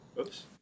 Oops